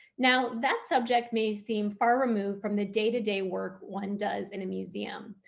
now, that subject may seem far removed from the day-to-day work one does in a museum,